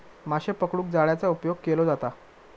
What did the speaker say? माशे पकडूक जाळ्याचा उपयोग केलो जाता